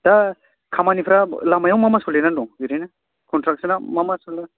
दा खामानिफोरा लामायाव मा मा सोलिनानै दं ओरैनो कनस्ट्रेकसना मा मा सोलिदों